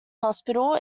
hospital